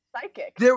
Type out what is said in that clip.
psychic